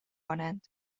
کنند